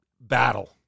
battle